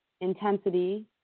intensity